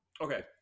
Okay